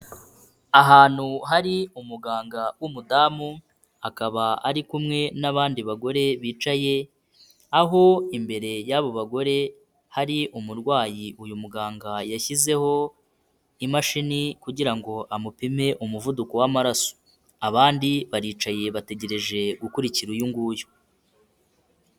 Ahantu hari umuganga w'umudamu akaba ari kumwe n'abandi bagore bicaye, aho imbere y'abo bagore hari umurwayi uyu muganga yashyizeho imashini kugira ngo amupime umuvuduko w'amaraso. Abandi baricaye bategereje gukurikira uyu nguyu.